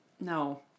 No